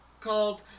called